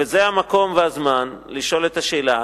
וזה המקום והזמן לשאול את השאלה,